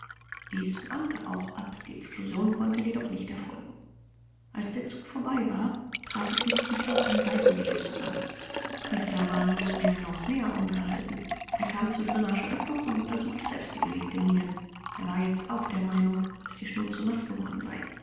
dies brannte auch ab die explosion konnte jedoch nicht erfolgen als der zug vorbei war traf ich mit küchler auf einem seitenwege zusammen küchler war nunmehr noch mehr ungehalten er kam zur dränageöffnung und untersuchte selbst die gelegte mine er war jetzt auch der meinung daß die schnur zu naß geworden sei